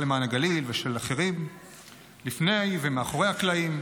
למען הגליל ושל אחרים לפני ומאחורי הקלעים,